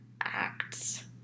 Acts